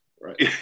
right